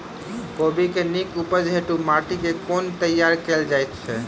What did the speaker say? कोबी केँ नीक उपज हेतु माटि केँ कोना तैयार कएल जाइत अछि?